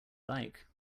like